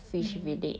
mm